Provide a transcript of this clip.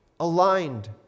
aligned